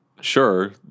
sure